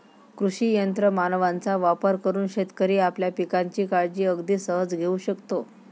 कृषी यंत्र मानवांचा वापर करून शेतकरी आपल्या पिकांची काळजी अगदी सहज घेऊ शकतो